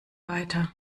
weiter